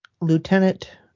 Lieutenant